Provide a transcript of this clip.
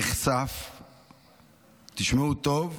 תשמעו טוב,